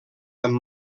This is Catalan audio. amb